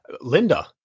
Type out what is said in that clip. Linda